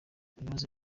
ibibazo